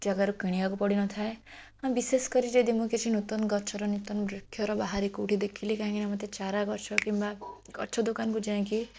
ଜାଗାରୁ କିଣିବାକୁ ପଡ଼ିନଥାଏ ବିଶେଷ କରି ଯଦି ମୁଁ କିଛି ନୂତନ ଗଛର ନୂତନ ବୃକ୍ଷର ବାହାରେ କେଉଁଠି ଦେଖିଲି କାହିଁକିନା ମୋତେ ଚାରା ଗଛ କିମ୍ବା ଗଛ ଦୋକାନକୁ ଯାଇକି